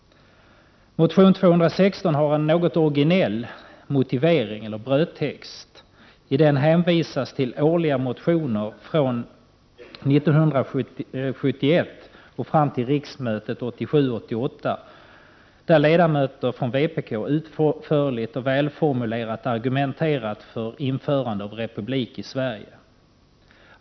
Motion K21 har en något originell motivering. I den hänvisas till årliga motioner från 1971 fram till riksmötet 1987/88 där ledamöter från vpk utförligt och välformulerat argumenterat för införande av republik i Sverige.